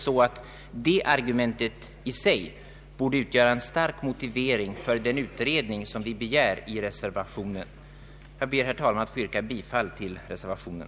Detta argument borde i sig självt utgöra en stark motivering för den utredning som vi begär i reservationen. Jag ber, herr talman, att få yrka bifall till reservationen.